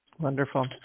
Wonderful